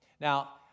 Now